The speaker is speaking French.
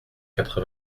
quatre